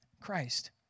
Christ